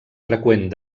freqüent